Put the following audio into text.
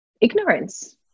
ignorance